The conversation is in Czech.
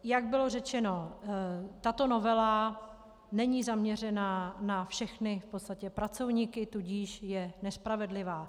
Jak bylo řečeno, tato novela není zaměřena na všechny v podstatě pracovníky, tudíž je nespravedlivá.